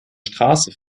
straße